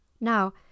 Now